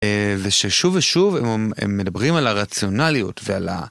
וששוב ושוב הם מדברים על הרציונליות ועל ה...